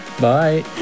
Bye